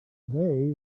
they